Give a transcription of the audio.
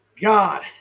God